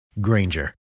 Granger